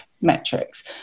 metrics